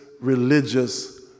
religious